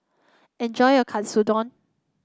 enjoy your Katsudon